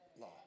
law